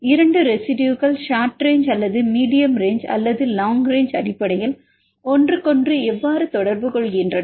2 ரெசிடுயுகள் ஷார்ட்ரேங்ச் அல்லது medium range அல்லது லாங் ரேங்ச் அடிப்படையில் ஒன்றுக்கொன்று எவ்வாறு தொடர்பு கொள்கின்றன